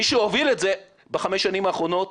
מי שהוביל את זה בחמש השנים האחרונות,